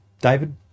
David